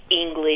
English